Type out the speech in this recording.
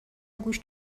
گوش